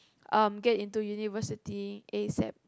um get into university asap